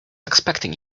expecting